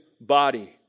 body